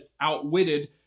outwitted